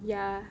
yeah